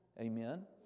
Amen